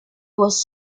was